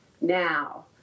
now